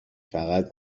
فقط